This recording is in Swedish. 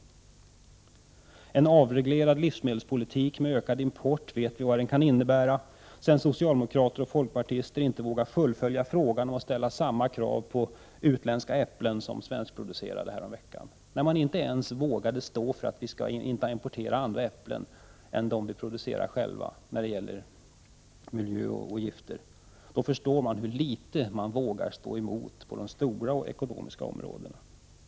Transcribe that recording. Vad en avreglerad livsmedelspolitik med ökad import kan innebära vet vi, sedan socialdemokraterna och folkpartiet häromveckan inte ens vågade fullfölja frågan och ställa samma krav på utländska äpplen som på svenskproducerade. När man inte ens vågade stå för samma krav på importerade äpplen när det gäller miljö och gifter, förstår vi hur litet man vågar stå emot på de stora ekonomiska områdena.